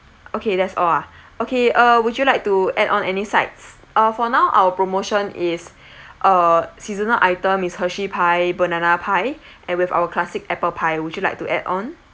okay that's all ah okay uh would you like to add on any sides uh for now our promotion is uh seasonal item is hershey pie banana pie and with our classic apple pie would you like to add on